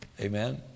Amen